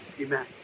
amen